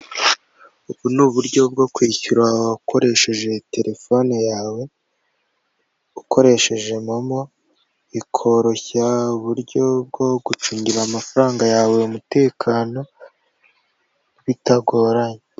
Ubu ni uburyo bwo kwishyura ukoresheje telefone yawe, ukoresheje momo bikoroshya uburyo bwo gucungira amafaranga yawe umutekano bitagoranye.